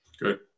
Good